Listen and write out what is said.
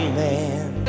man